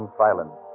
silence